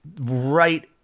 right